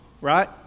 right